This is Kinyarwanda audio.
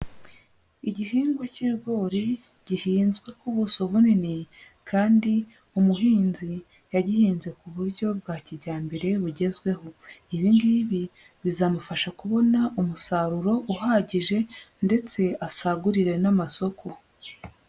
Igihingwa K'ibigori gihinzwe ku ubuso bunini kandi umuhinzi yagihinze ku buryo bwa kijyambere bugezweho, ibi ngibi bizamufasha kubona umusaruro uhagije ndetse asagurire n'amasoko.